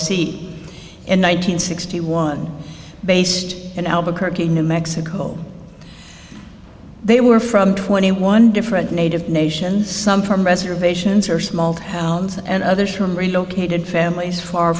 hundred sixty one based in albuquerque new mexico they were from twenty one different native nations some from reservations or small towns and others from relocated families far